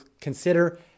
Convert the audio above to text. consider